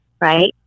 right